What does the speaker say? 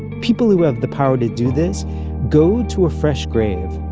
people who have the power to do this go to a fresh grave,